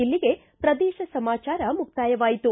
ಇಲ್ಲಿಗೆ ಪ್ರದೇಶ ಸಮಾಚಾರ ಮುಕ್ತಾಯವಾಯಿತು